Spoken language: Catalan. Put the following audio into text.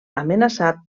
amenaçat